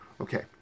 okay